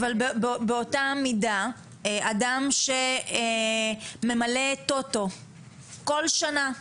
אבל באותה מידה אדם שממלא טוטו כל שנה,